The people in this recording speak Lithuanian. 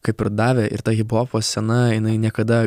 kaip ir davė ir ta hiphopo scena jinai niekada